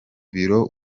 biro